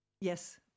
Yes